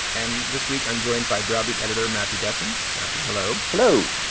and this week i'm joined by browbeat editor matthew dsn. matthew, hello. hello.